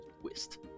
twist